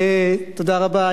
תודה רבה.